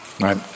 right